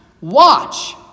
Watch